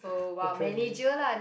apparently